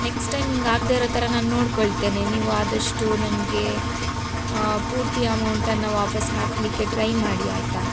next time ಹಿಂಗ್ ಆಗದೆ ಇರೋ ಥರ ನಾನು ನೋಡಿಕೊಳ್ತೇನೆ ನೀವು ಆದಷ್ಟು ನನಗೆ ಪೂರ್ತಿ ಅಮೌಂಟನ್ನು ವಾಪಾಸ್ಸು ಹಾಕಲಿಕ್ಕೆ ಟ್ರೈ ಮಾಡಿ ಆಯಿತಾ